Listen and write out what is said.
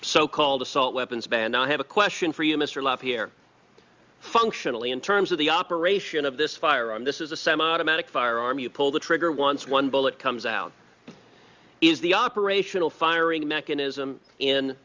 so called assault weapons ban i have a question for you mr la pierre functionally in terms of the operation of this firearm this is a semiautomatic firearm you pull the trigger once one bullet comes out is the operational firing mechanism in